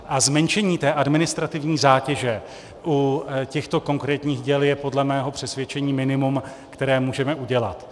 A zmenšení administrativní zátěže u těchto konkrétních děl je podle mého přesvědčení minimum, které můžeme udělat.